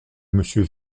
monsieur